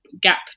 gap